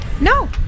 No